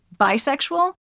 bisexual